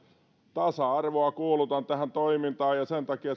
tasa arvoa kuulutan tähän toimintaan sen takia